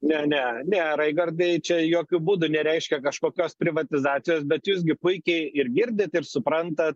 ne ne ne raigardai čia jokiu būdu nereiškia kažkokios privatizacijos bet jūs gi puikiai ir girdit ir supranta